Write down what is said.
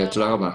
תודה רבה.